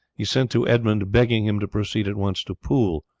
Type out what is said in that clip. he sent to edmund begging him to proceed at once to poole,